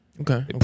Okay